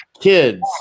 kids